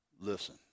listen